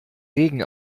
regen